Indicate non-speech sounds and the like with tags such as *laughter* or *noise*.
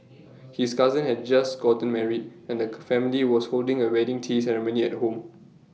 his cousin had just gotten married and the *noise* family was holding A wedding tea ceremony at home